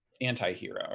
anti-hero